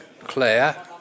Claire